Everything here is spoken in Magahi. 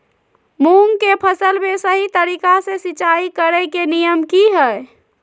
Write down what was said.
मूंग के फसल में सही तरीका से सिंचाई करें के नियम की हय?